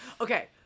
Okay